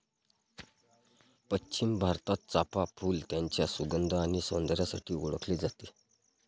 पश्चिम भारतात, चाफ़ा फूल त्याच्या सुगंध आणि सौंदर्यासाठी ओळखले जाते